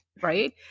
right